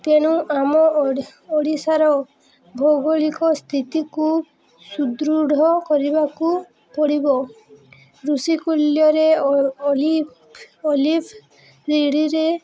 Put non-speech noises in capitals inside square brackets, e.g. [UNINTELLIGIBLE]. ତେଣୁ ଆମ ଓଡ଼ିଶାର ଭୌଗୋଳିକ ସ୍ଥିତିକୁ ସୁଦୃଢ଼ କରିବାକୁ ପଡ଼ିବ ଋଷିକୂଲ୍ୟରେ ଅଲିଭ୍ ଅଲିଭ୍ [UNINTELLIGIBLE]